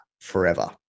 forever